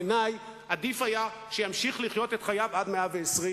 בעיני עדיף היה שימשיך לחיות את חייו עד מאה-ועשרים.